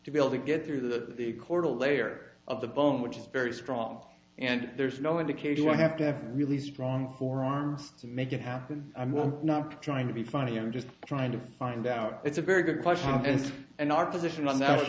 to be able to get through the chordal layer of the bone which is very strong and there's no indication i have to have really strong forearms to make it happens i'm not trying to be funny i'm just trying to find out it's a very good question and our position on that